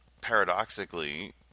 paradoxically